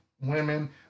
women